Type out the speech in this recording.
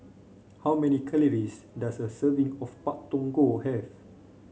how many calories does a serving of Pak Thong Ko have